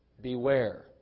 Beware